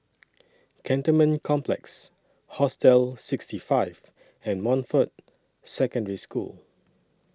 Cantonment Complex Hostel sixty five and Montfort Secondary School